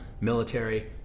Military